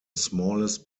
smallest